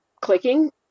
clicking